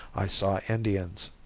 i saw indians.